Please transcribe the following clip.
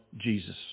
Jesus